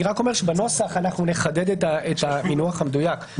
בנוסח נחדד את המינוח המדויק,